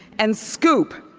and scoop,